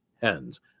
hens